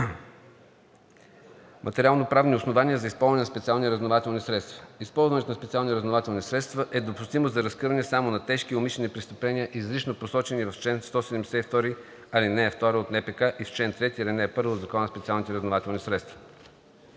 Материалноправни основания за използване на специални разузнавателни средства. Използването на специални разузнавателни средства е допустимо за разкриване само на тежки умишлени престъпления, изрично посочени в чл. 172, ал. 2 от НПК и в чл. 3, ал. 1 от Закона за специалните разузнавателни средства.